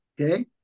okay